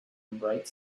bright